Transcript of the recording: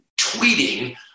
tweeting